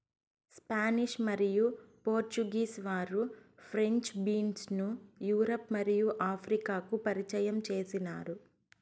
Spanish మరియు Portuguese వారు French beans ను యూరప్ మరియు ఆఫ్రికాకు పరిచయం చేసినారు